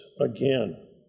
again